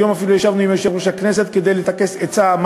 היום אפילו ישבנו עם יושב-ראש הכנסת כדי לטכס עצה מה